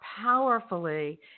powerfully